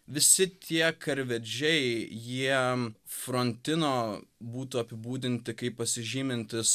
visi tie karvedžiai jie frontino būtų apibūdinti kaip pasižymintys